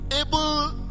able